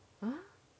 !huh!